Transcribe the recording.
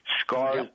Scars